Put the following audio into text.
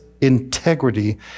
integrity